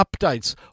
updates